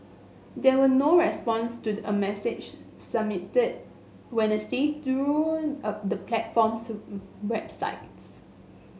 there were no response to a message submitted Wednesday through a the platform's websites